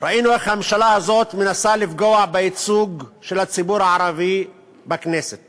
ראינו איך הממשלה הזאת מנסה לפגוע בייצוג של הציבור הערבי בכנסת